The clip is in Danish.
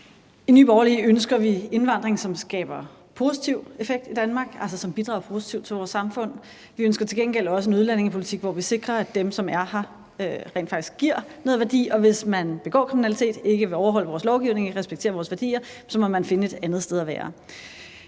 I Nye Borgerlige ønsker vi indvandring, som skaber en positiv effekt i Danmark, som altså bidrager positivt til vores samfund. Vi ønsker til gengæld også en udlændingepolitik, hvor vi sikrer, at dem, der er her, rent faktisk giver noget værdi, og at man, hvis man begår kriminalitet og ikke vil overholde vores lovgivning og respektere vores værdier, må finde et andet sted at være.